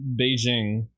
Beijing